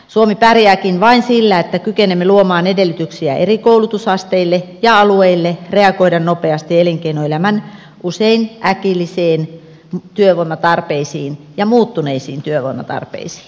suomi pärjääkin vain sillä että kykenemme luomaan edellytyksiä eri koulutusasteille ja alueille reagoida nopeasti elinkeinoelämän usein äkillisiin työvoimatarpeisiin ja muuttuneisiin työvoimatarpeisiin